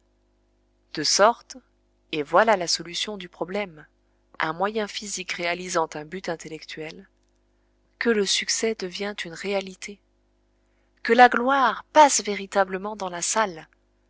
de sorte et voilà la solution du problème un moyen physique réalisant un but intellectuel que le succès devient une réalité que la gloire passe véritablement dans la salle